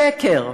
שקר: